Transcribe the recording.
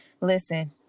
listen